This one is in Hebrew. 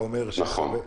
נכון.